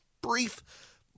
brief